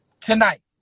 tonight